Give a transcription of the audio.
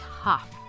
tough